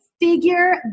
figure